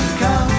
come